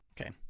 Okay